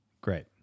Great